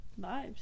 vibes